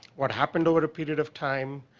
what happened over period of time,